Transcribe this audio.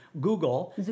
Google